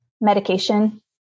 Medication